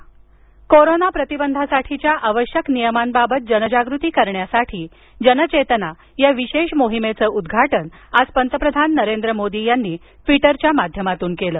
जनचेतना कोरोना प्रतिबंधासाठीच्या आवश्यक नियमांबाबत जनजागृती करण्यासाठी जनचेतना या विशेष मोहिमेचं उद्घाटन आज पंतप्रधान नरेंद्र मोदी यांनी ट्वीटरच्या माध्यमातून केलं